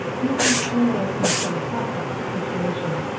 doing shared in the philosophic depreciation.